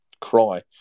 cry